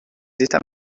états